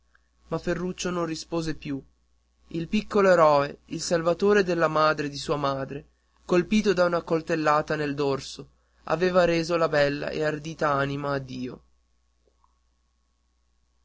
ma ferruccio non rispose più il piccolo eroe il salvatore della madre di sua madre colpito d'una coltellata nel dorso aveva reso la bella e ardita anima a dio